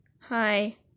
Hi